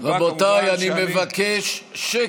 שאלה שאני, כמובן, רבותיי אני מבקש שקט.